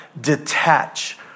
Detach